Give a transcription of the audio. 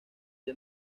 día